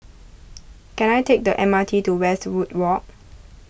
can I take the M R T to Westwood Walk